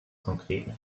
konkreten